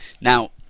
Now